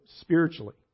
spiritually